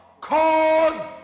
Caused